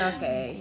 Okay